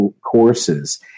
courses